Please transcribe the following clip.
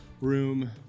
room